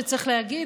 וצריך להגיד,